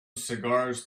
cigars